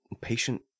patient